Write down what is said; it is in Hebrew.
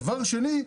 דבר שני,